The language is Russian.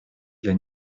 для